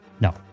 No